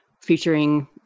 featuring